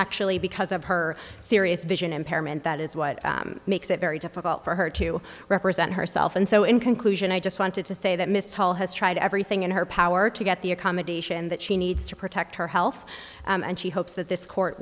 actually because of her serious vision impairment that is what makes it very difficult for her to represent herself and so in conclusion i just wanted to say that miss hall has tried everything in her power to get the accommodation that she needs to protect her health and she hopes that this court